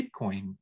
Bitcoin